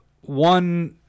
one